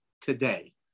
today